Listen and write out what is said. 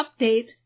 update